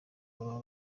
baba